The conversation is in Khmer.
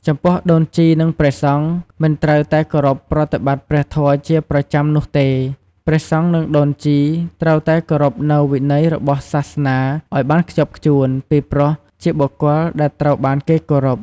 ចំពោះដូនជីនិងព្រះសង្ឃមិនត្រូវតែគោរពប្រតិបតិ្តព្រះធម៌ជាប្រចាំនោះទេ ព្រះសង្ឍនិងដូនជីត្រូវតែគោរពនូវវិន័យរបស់សាសនាអោយបានខ្ជាប់ខ្ជួន ពីព្រោះជាបុគ្គលដែលត្រូវបានគេគោរព។